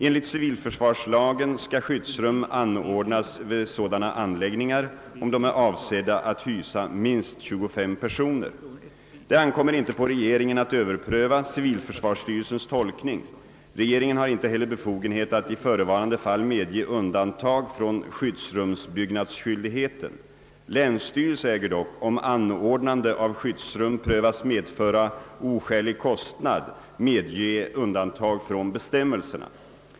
Enligt civilförsvarslagen skall skyddsrum anordnas vid sådana anläggningar om de är avsedda att hysa minst 25 personer. Det ankommer inte på regeringen att överpröva civilförsvarsstyrelsens tolkning. Regeringen har inte heller befogenhet att i förevarande fall medge undantag från skyddsrumsbyggnadsskyldigheten. Länsstyrelse äger dock, om anordnande av skyddsrum prövas medföra oskälig kostnad, medge undantag från bestämmelserna.